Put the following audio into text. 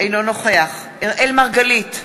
אינו נוכח אראל מרגלית,